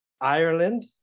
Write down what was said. Ireland